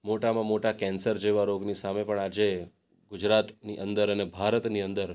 મોટામાં મોટા કેન્સર જેવા રોગની સામે પણ આજે ગુજરાતની અંદર અને ભારતની અંદર